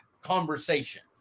conversation